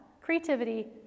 Creativity